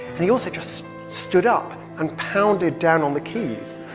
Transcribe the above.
he also just stood up and pounded down on the keys.